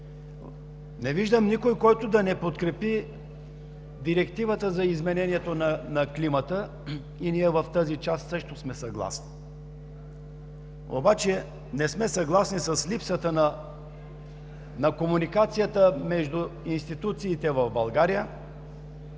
Не виждам никой, който да не подкрепи Директивата за изменението на климата и ние в тази част също сме съгласни. Обаче не сме съгласни с липсата на комуникация между институциите в България